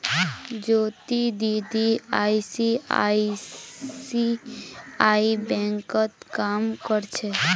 ज्योति दीदी आई.सी.आई.सी.आई बैंकत काम कर छिले